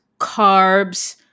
carbs